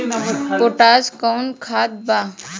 Potash कोउन खाद बा?